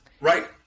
right